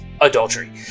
adultery